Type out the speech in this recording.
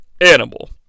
animal